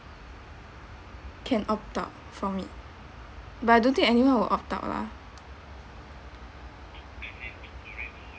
can opt out from it but I don't think anyone will opt out lah